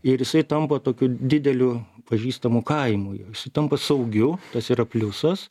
ir jisai tampa tokiu dideliu pažįstamu kaimu jisai tampa saugiu kas yra pliusas